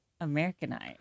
Americanized